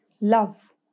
Love